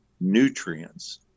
nutrients